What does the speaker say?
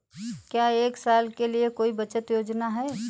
क्या एक साल के लिए कोई बचत योजना है?